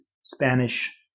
Spanish